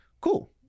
cool